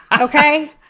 Okay